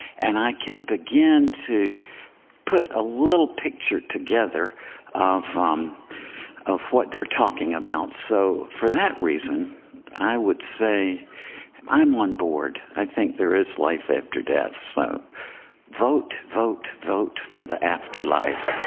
and i can begin to put a little picture together of um of what they're talking about. so for that reason i would say i'm i'm onboard. i think there is life after death. so vote, vote, vote for the afterlife.